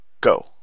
go